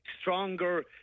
stronger